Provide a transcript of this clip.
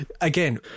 Again